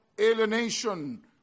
alienation